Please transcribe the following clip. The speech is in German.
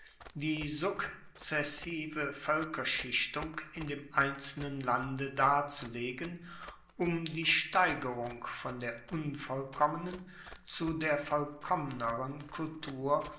die sukzessive voelkerschichtung in dem einzelnen lande darzulegen um die steigerung von der unvollkommenen zu der vollkommneren kultur